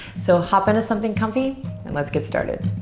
so hop into something comfy and let's get started.